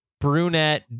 brunette